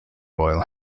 royal